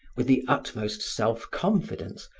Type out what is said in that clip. with the utmost self-confidence,